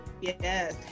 Yes